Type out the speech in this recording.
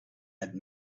had